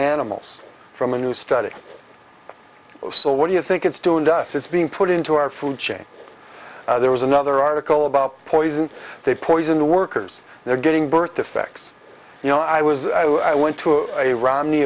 animals from a new study oh so what do you think it's doomed us is being put into our food chain there was another article about poison they poison the workers they're getting birth defects you know i was i went to a romney